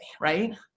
right